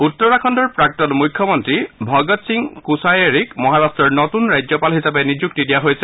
উত্তৰাখণ্ডৰ প্ৰাক্তন মুখ্যমন্ত্ৰী ভগতসিং কোছায়েৰিক মহাৰট্টৰ নতূন ৰাজ্যপাল হিচাপে নিযুক্তি দিয়া হৈছে